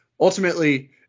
ultimately